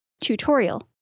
tutorial